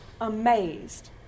amazed